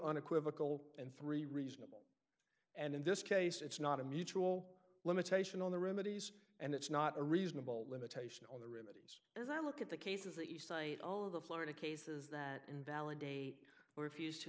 unequivocal and three reasonable and in this case it's not a mutual limitation on the rheumatiz and it's not a reasonable limitation on eddy's as i look at the cases that you cite all of the florida cases that invalidate refused to